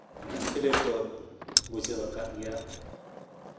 ᱠᱷᱤᱞᱳᱰ ᱫᱩᱧ ᱵᱩᱡᱷᱟᱹᱣᱟᱠᱟᱫ ᱜᱮᱭᱟ